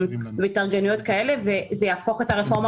התארגנויות כאלה וזה יהפוך את הרפורמה